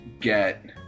get